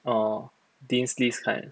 orh dean's list kind